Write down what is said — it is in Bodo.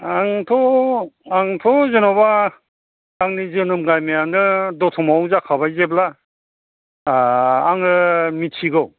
आंथ' जेनेबा आंनि जोनोम गामियानो दतमायावनो जाखाबाय जेब्ला आङो मिथिगौ